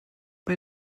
bei